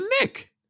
nick